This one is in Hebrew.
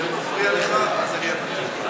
זה מפריע לך, אז אני אוותר.